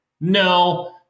no